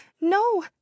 no